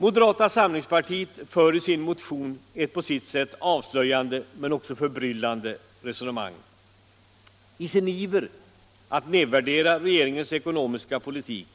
Moderata samlingspartiet för i sin motion ett på sitt sätt avslöjande men också förbryllande resonemang. I sin iver att nedvärdera regeringens ekonomiska politik